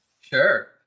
Sure